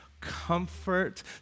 comfort